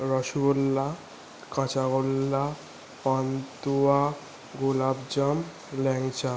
rasgulla kachagolla pantua gulab jamun ল্যাংচা